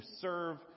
serve